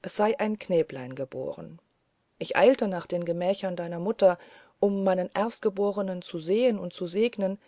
es sei mir ein knäblein geboren ich eilte nach den gemächern deiner mutter um meinen erstgebornen zu sehen und zu segnen